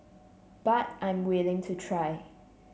but I'm willing to try